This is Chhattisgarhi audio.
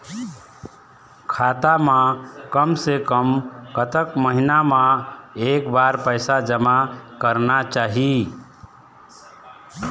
खाता मा कम से कम कतक महीना मा एक बार पैसा जमा करना चाही?